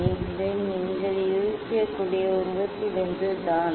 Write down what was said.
இது நீங்கள் யூகிக்கக்கூடிய உருவத்திலிருந்து தான்